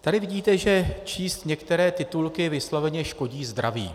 Tady vidíte, že číst některé titulky vysloveně škodí zdraví.